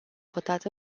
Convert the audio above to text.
votat